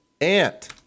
Ant